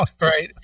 Right